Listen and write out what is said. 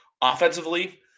Offensively